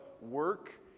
work